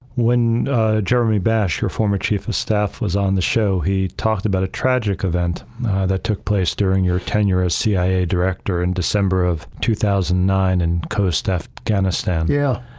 when jeremy bash, your former chief of staff was on the show, he talked about a tragic event that took place during your tenure as cia director, in december of two thousand and nine, and post afghanistan. yeah,